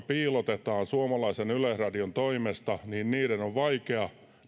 piilotetaan suomalaisen yleisradion toimesta on vaikea